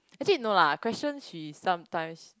actually no lah question she sometimes